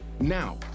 Now